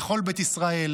לכל בית ישראל,